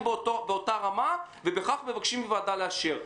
באותה רמה ובכך מבקשים מן הוועדה לאשר.